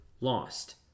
lost